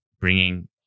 bringing